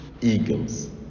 eagles